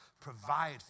provide